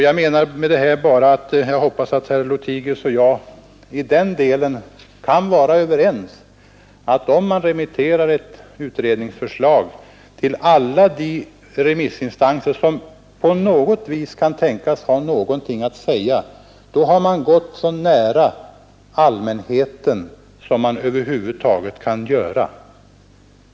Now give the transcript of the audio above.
Jag hoppas alltså att herr Lothigius och jag kan vara överens i den delen, att om man remitterar ett utredningsförslag till alla de remissinstanser som på något vis kan tänkas ha någonting att säga, då har man gått så nära allmänheten som man över huvud taget kan göra.